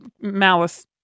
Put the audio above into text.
malice